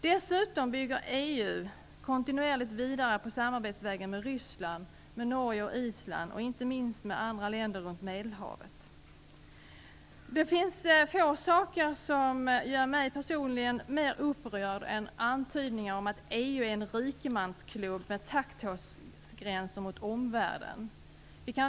Dessutom bygger EU kontinuerligt vidare på samarbetsvägen med Ryssland, Norge, Island och inte minst med de andra länderna runt Medelhavet. Det finns få saker som gör mig personligen mer upprörd än antydningar om att EU är en rikemansklubb med taggtrådsgränser mot omvärlden.